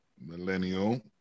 millennial